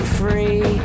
free